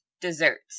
Desserts